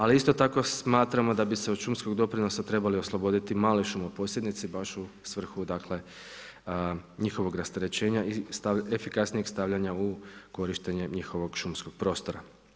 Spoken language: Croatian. Ali isto tako smatramo da bi se od šumskog doprinosa trebali osloboditi mali šumoposjednici baš u svrhu dakle njihovog rasterećenja i efikasnijeg stavljanja u korištenje njihovog šumskog prostora.